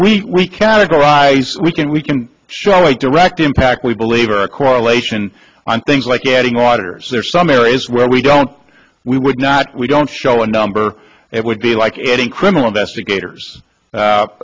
we categorize we can we can show a direct impact we believe are a correlation on things like adding auditor's there are some areas where we don't we would not we don't show a number it would be like any criminal investigator